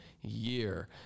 year